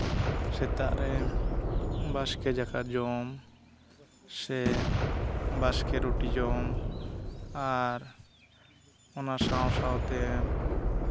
ᱥᱮᱛᱟᱜ ᱨᱮ ᱵᱟᱥᱠᱮ ᱫᱟᱠᱟ ᱡᱚᱢ ᱥᱮ ᱵᱟᱥᱠᱮ ᱨᱩᱴᱤ ᱡᱚᱢ ᱟᱨ ᱚᱱᱟ ᱥᱟᱶ ᱥᱟᱶᱛᱮ